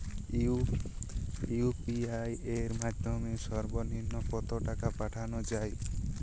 UPI এর মাধ্যমে সর্ব নিম্ন কত টাকা পাঠানো য়ায়?